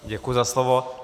Děkuji za slovo.